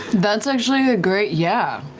that's actually a great, yeah.